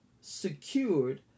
Secured